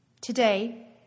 Today